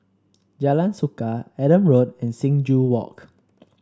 Jalan Suka Adam Road and Sing Joo Walk